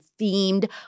themed